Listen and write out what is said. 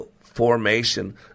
formation